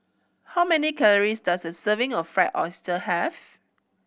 how many calories does a serving of Fried Oyster have